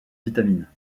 vitamines